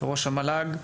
ראש המל"ג.